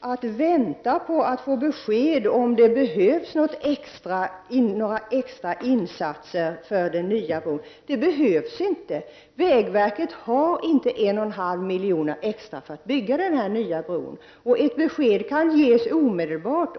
Att vänta på underlaget för att ge besked om huruvida det behövs extra insatser för den nya bron är onödigt. Vägverket har inte de 1,5 miljoner extra som behövs för att bygga en ny bro. Besked kan dock ges omedelbart